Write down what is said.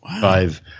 Five